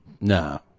No